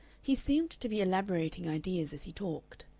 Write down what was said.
he seemed to be elaborating ideas as he talked.